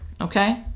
okay